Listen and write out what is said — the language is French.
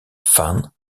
fan